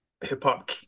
hip-hop